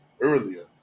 earlier